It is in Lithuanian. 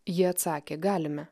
jie atsakė galime